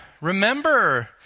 remember